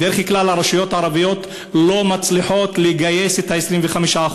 בדרך כלל הרשויות הערביות לא מצליחות לגייס את ה-25%,